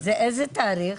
לא אושרה.